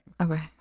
Okay